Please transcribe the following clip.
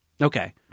Okay